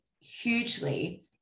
hugely